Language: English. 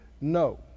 No